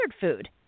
food